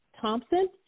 Thompson